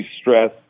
stress